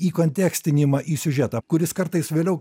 įkontekstinimą į siužetą kuris kartais vėliau